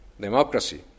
democracy